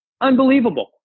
unbelievable